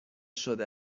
شده